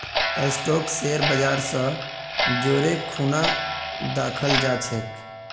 stock share बाजर स जोरे खूना दखाल जा छेक